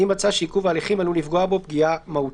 אם מצא שעיכוב ההליכים עלול לפגוע בו פגיעה מהותית."